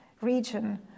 region